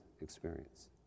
experience